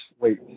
Wait